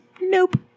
Nope